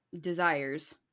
desires